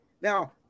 Now